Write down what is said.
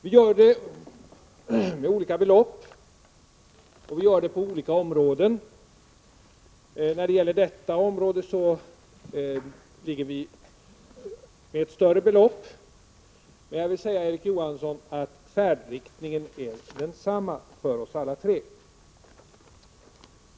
Vi gör det med olika belopp, och vi gör det på olika områden. När det gäller detta område har vi moderater ett större belopp. Men jag vill säga till Erik Johansson att färdriktningen är densamma för oss alla tre.